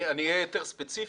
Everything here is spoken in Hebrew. אני אהיה יותר ספציפי.